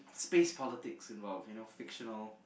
space politics involved you know fictional